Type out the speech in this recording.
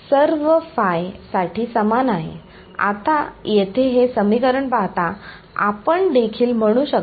तथापि आपल्याला मिळणारे हे समीकरण आहे ज्यास पोकलिंग्टनचे इंटिग्रलPocklington's integral समीकरण म्हटले जाते ठीक आहे म्हणून याला त्याचे नाव दिले आहे जो हे घेऊन पुढे आला